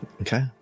Okay